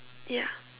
ya